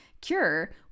cure